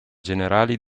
generali